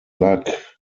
luck